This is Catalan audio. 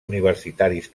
universitaris